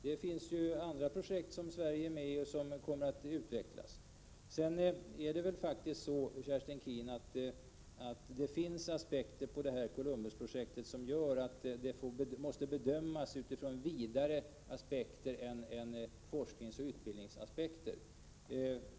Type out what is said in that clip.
Det finns andra projekt som Sverige är med i och som kommer att utvecklas. Sedan är det faktiskt så, Kerstin Keen, att det finns aspekter på Columbusprojektet som gör att det måste bedömas utifrån vidare perspektiv än enbart med tanke på forskning och utbildning.